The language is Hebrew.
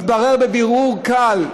התברר בבירור קל,